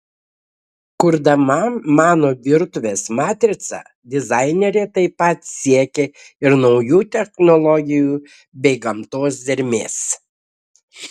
kurdama mano virtuvės matricą dizainerė taip pat siekė ir naujų technologijų bei gamtos dermės